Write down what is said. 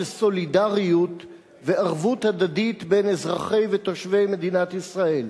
סולידריות וערבות הדדית בין אזרחי ותושבי מדינת ישראל.